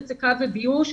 הצקה וביוש,